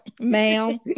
ma'am